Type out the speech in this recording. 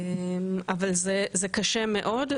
אבל זה קשה מאוד.